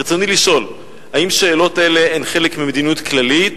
רצוני לשאול: 1. האם שאלות אלה הן חלק ממדיניות כללית,